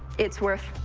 it's worth